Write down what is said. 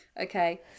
Okay